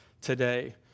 today